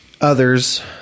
others